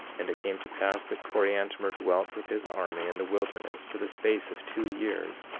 and it came to pass that coriantumr dwelt with his army in the wilderness for the space of two years,